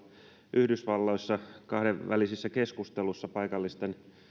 yhdysvalloissa kahdenvälisissä keskusteluissa paikallisten